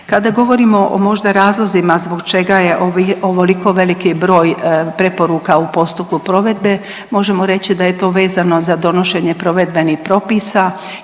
Kada govorimo o možda razlozima zbog čega je ovoliko velik broj preporuka u postupku provedbe, možemo reći da je to vezano za donošenje provedbenih propisa